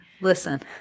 listen